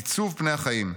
עיצוב פני החיים.